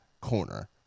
corner